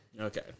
Okay